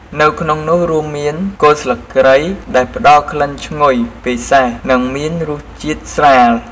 នៅក្នុងនោះរួមមាន គល់ស្លឹកគ្រៃ ដែលផ្តល់ក្លិនឈ្ងុយពិសេស និងមានរសជាតិស្រាល។